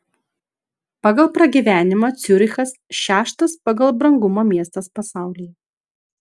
pagal pragyvenimą ciurichas šeštas pagal brangumą miestas pasaulyje